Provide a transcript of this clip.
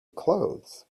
clothes